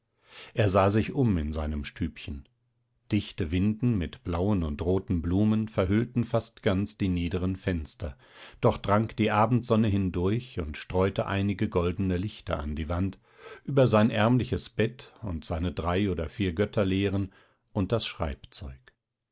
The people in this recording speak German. er sah sich um in seinem stübchen dichte winden mit blauen und roten blumen verhüllten fast ganz die niederen fenster doch drang die abendsonne hindurch und streute einige goldene lichter an die wand über sein ärmliches bett und seine drei oder vier götterlehren und das